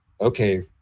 okay